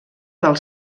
del